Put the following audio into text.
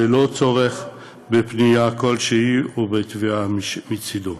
ללא צורך בפנייה כלשהי ובתביעה מצדו.